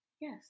yes